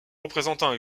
représentant